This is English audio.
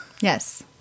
Yes